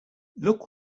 look